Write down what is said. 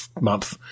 month